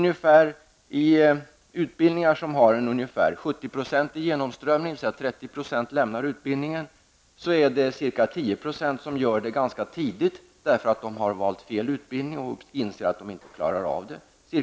Vid utbildningar som har ungefär 70-procentig genomströmning -- dvs. 30 % av eleverna lämnar utbildningen -- slutar 10 % av studenterna studierna ganska tidigt, därför att de har valt fel utbildning och inser att de inte klarar av det hela.